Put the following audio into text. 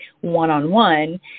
one-on-one